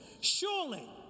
Surely